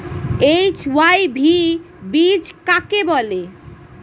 HYV বীজ কাকে বলে?